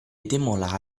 demo